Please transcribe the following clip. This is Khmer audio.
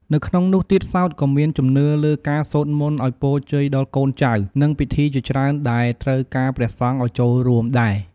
នៅក្នុងនោះទៀតសោត ក៏មានជំនឿលើការសូត្រមន្តឲ្យពរជ័យដល់កូនចៅ និង ពិធីជាច្រើនដែលត្រូវការព្រះសង្ឃឲ្យចូលរួមដែរ។